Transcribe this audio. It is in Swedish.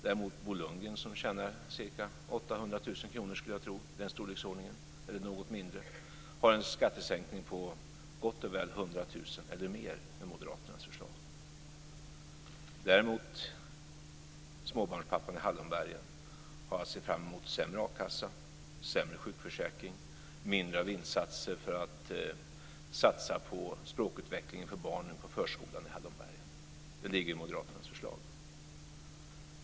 Däremot får Bo Lundgren, som jag skulle tro tjänar i storleksordningen 800 000 kr, en skattesänkning på gott och väl 100 000 med moderaternas förslag. Småbarnspappan i Hallonbergen har att se fram emot sämre a-kassa, sämre sjukförsäkring och mindre av satsningar på språkutvecklingen för barnen på förskolan i Hallonbergen. Det ligger i moderaternas förslag.